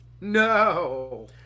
No